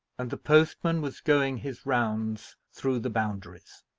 and the postman was going his rounds through the boundaries.